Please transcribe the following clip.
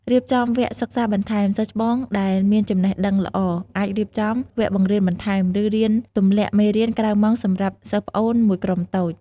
រៀបចំវគ្គសិក្សាបន្ថែម សិស្សច្បងដែលមានចំណេះដឹងល្អ អាចរៀបចំ វគ្គបង្រៀនបន្ថែម ឬរៀនទំលាក់មេរៀនក្រៅម៉ោងសម្រាប់សិស្សប្អូនមួយក្រុមតូច។